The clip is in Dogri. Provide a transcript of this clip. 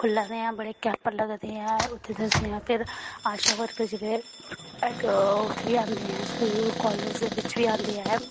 खुल्ला दे ऐं बड़े कैंप लगदे ऐं उत्थे दस्सने आं फिर आशा वर्कर जेह्डे़ उत्थै बी आंदे ऐ स्कूल कालेज बिच्च बी आंदे ऐं